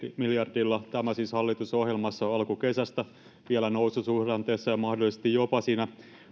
miljardilla tämä siis hallitusohjelmassa alkukesästä vielä noususuhdanteessa ja mahdollisesti jopa siinä